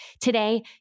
Today